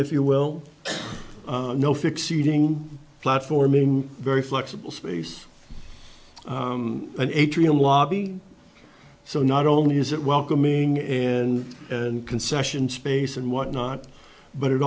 if you will no fixed seating platform in very flexible space an atrium lobby so not only is it welcoming and and concession space and whatnot but it